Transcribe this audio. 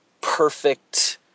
perfect